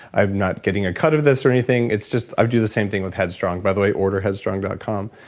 i'm not getting a cut of this or anything. it's just, i'd do the same thing with headstrong by the way orderheadstrong dot com.